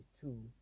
two